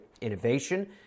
innovation